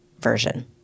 version